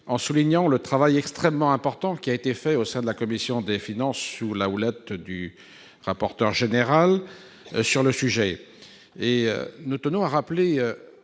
et souligne le travail extrêmement important effectué au sein de la commission des finances sous la houlette du rapporteur général. Nous tenons à rappeler